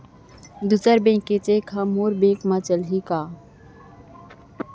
दूसर बैंक के चेक ह मोर बैंक म चलही का?